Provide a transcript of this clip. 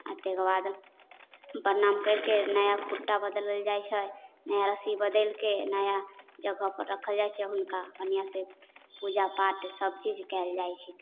आ ताहिके बाद प्रणाम कैशरिके नाया खुट्टा बदलल जाइत छै नया रस्सी बदैलके नाया जगह पर राखल जाइत छै जे हुनका बढ़िऑं से पूजा पाठ सब चीज कयल जाइत छै